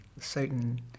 certain